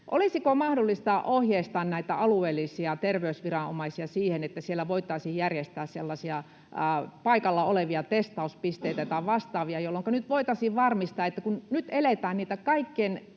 Olisiko mahdollista ohjeistaa näitä alueellisia terveysviranomaisia siihen, että siellä voitaisiin järjestää sellaisia paikalla olevia testauspisteitä tai vastaavia, jolloinka voitaisiin varmistaa, että kun nyt eletään niitä kaikkein,